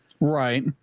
Right